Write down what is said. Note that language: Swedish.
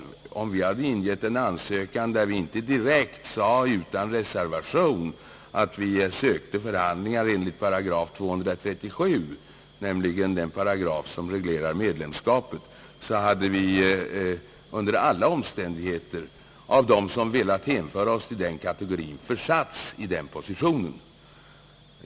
Om vi ingivit en ansökan där vi inte utan reservation sagt att vi sökte förhandlingar enligt § 237, dvs. den paragraf som reglerar medlemskapet, så hade vi under alla omständigheter försatts i den positionen av alla dem som velat hänföra oss dit.